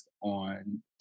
on